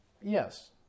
Yes